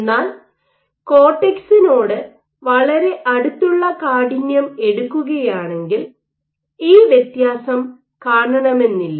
എന്നാൽ കോർട്ടക്സിനോട് വളരെ അടുത്തുള്ള കാഠിന്യം എടുക്കുകയാണെങ്കിൽ ഈ വ്യത്യാസം കാണണമെന്നില്ല